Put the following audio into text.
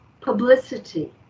publicity